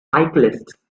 cyclists